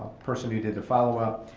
person who did the follow up.